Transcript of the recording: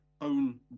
own